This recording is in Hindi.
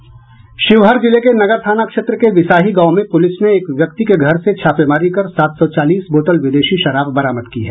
शिवहर जिले के नगर थाना क्षेत्र के विसाही गांव में पुलिस ने एक व्यक्ति के घर से छापेमारी कर सात सौ चालीस बोतल विदेशी शराब बरामद की है